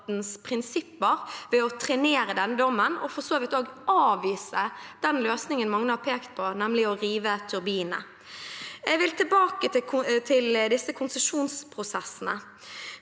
prinsipper ved å trenere denne dommen og for så vidt også avvise den løsningen mange har pekt på, nemlig å rive turbinene. Jeg vil tilbake til konsesjonsprosessene: